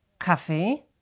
Kaffee